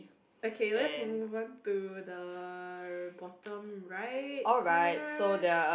okay lets move on to the bottom right corner